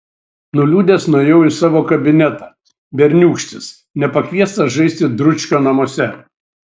nuliūdęs nuėjau į savo kabinetą berniūkštis nepakviestas žaisti dručkio namuose